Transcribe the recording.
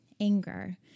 anger